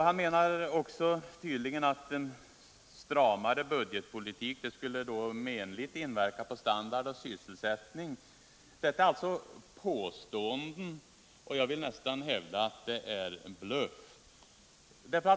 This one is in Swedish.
Han menade samtidigt att en stramare budgetpolitik skulle inverka menligt på standard och sysselsättning. Detta är bara påståenden, och jag vill hävda att det är en bluff.